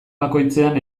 bakoitzean